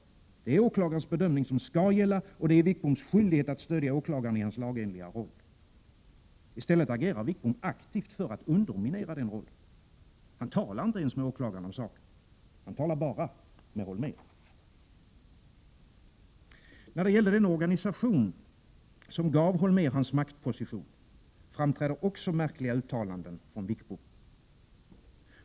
Det är åklagarens bedömning som skall gälla, och det är Wickboms skyldighet att stödja åklagaren i hans lagenliga roll. I stället agerar Wickbom aktivt för att underminera den rollen. Han talar inte ens med åklagaren om saken. Han talar bara med Holmér. När det gällde den organisation som gav Holmér hans maktposition framträder också märkliga uttalanden från Wickbom.